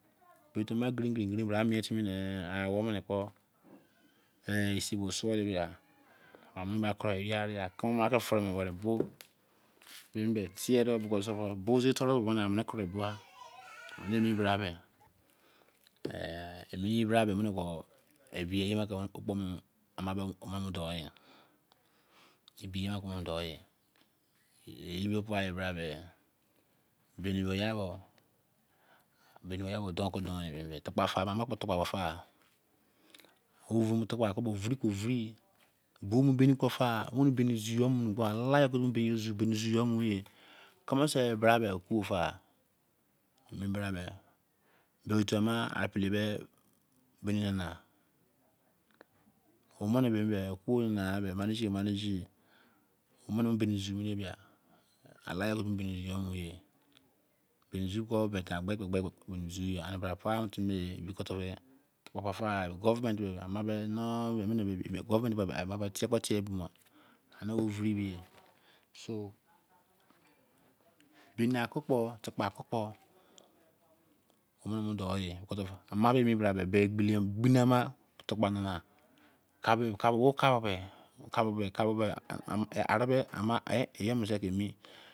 Pere ofimi ne away no kpo siye kpo suo debi ako ye ami ye fee bo bo se toru amene beh ene emi bra beh eni doh yeh ye pa mi bra beh boni oya doh ke do me ama fukpe fa fukpo vuro ke varu boi foimi kepo fai omene bim zon yaala ka la me keme sei bre beh okubi fa zalu hole de bini nana omene oku ha na baa mana gi managi gbe ke gbe bini zu govt tie kie tie limo so biniaka kpo bakpe kor kpo omene do far kagbo ama meh yebo sei ke mi